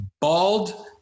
Bald